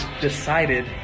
decided